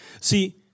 See